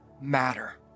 matter